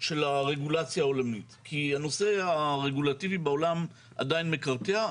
של הרגולציה העולמית כי הנושא הרגולטיבי בעולם עדיין מקרטע.